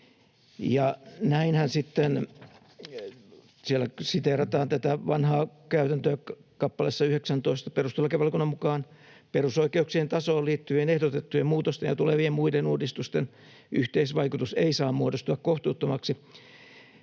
näinhän sitten siellä siteerataan tätä vanhaa käytäntöä kappaleessa 19: ”Perustuslakivaliokunnan mukaan perusoikeuksien tasoon liittyvien ehdotettujen muutosten ja tulevien muiden uudistusten yhteisvaikutus ei saa muodostua kohtuuttomaksi.